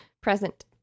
present